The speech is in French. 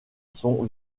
sont